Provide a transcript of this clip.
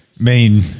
main